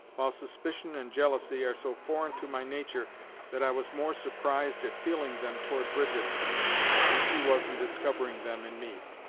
while suspicion and jealousy are so foreign to my nature that i was more surprised at feeling them toward brigitte than she was in discovering them in me.